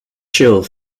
chill